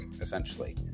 essentially